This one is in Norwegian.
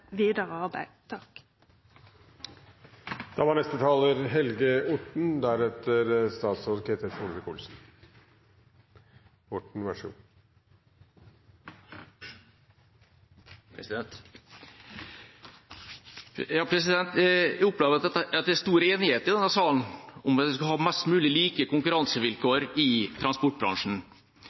vidare arbeid. Jeg opplever at det er stor enighet i denne salen om at vi skal ha mest mulig like konkurransevilkår i transportbransjen.